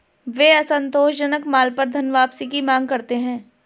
वे असंतोषजनक माल पर धनवापसी की मांग करते हैं